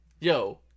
Yo